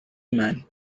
man